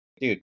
dude